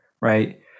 right